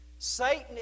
Satan